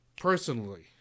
personally